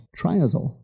Triazole